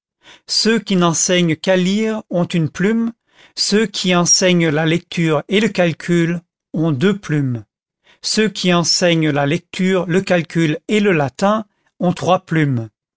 ceux qui n'enseignent qu'à lire ont une plume ceux qui enseignent la lecture et le calcul ont deux plumes ceux qui enseignent la lecture le calcul et le latin ont trois plumes